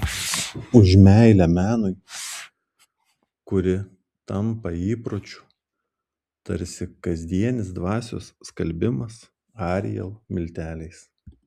už meilę menui kuri tampa įpročiu tarsi kasdienis dvasios skalbimas ariel milteliais